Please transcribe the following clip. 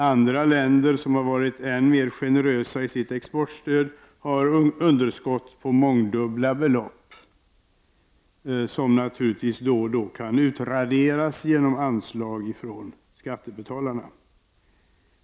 Andra länder som varit än mer generösa i sitt exportstöd, har underskott på mångdubbla belopp, som naturligtvis då och då kan utraderas genom anslag från skattebetalarna.